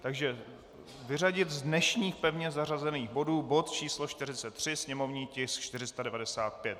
Takže vyřadit z dnešních pevně zařazených bodů bod číslo 43, sněmovní tisk 495.